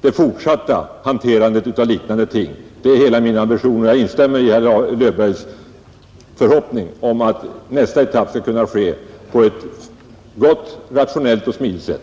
det fortsatta hanterandet av liknande ting. Det är hela min ambition, och jag instämmer i herr Löfbergs förhoppning om att nästa etapp skall kunna genomföras på ett gott, meningsfullt och smidigt sätt.